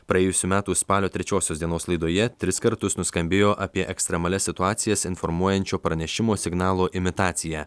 praėjusių metų spalio trečiosios dienos laidoje tris kartus nuskambėjo apie ekstremalias situacijas informuojančio pranešimo signalo imitacija